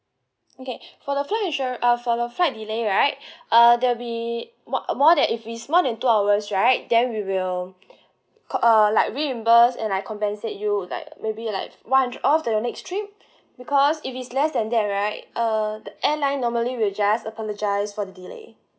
okay for the flight insure uh for the flight delay right uh there will be more more that if it's more than two hours right then we will co~ uh like reimburse and like compensate you like maybe like one hundred off to your next trip because if it's less than that right uh the airline normally will just apologise for the delay